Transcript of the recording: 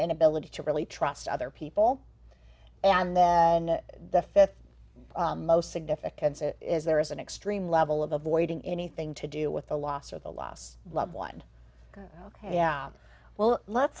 inability to really trust other people and the th most significant is there is an extreme level of avoiding anything to do with the loss or the loss loved one ok yeah well let's